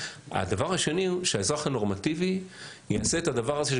הדבר השני הוא שהאזרח הנורמטיבי יעשה את הדבר הזה,